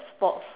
sports